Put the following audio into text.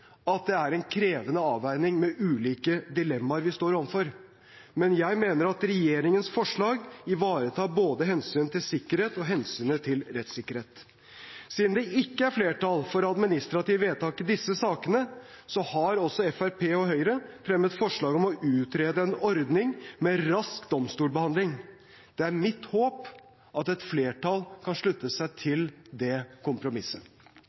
at det er en krevende avveining med ulike dilemmaer vi står overfor, men jeg mener at regjeringens forslag ivaretar både hensynet til sikkerhet og hensynet til rettssikkerhet. Siden det ikke er flertall for administrativt vedtak i disse sakene, har Fremskrittspartiet og Høyre også fremmet forslag om å utrede en ordning med rask domstolsbehandling. Det er mitt håp at et flertall kan slutte seg til det kompromisset.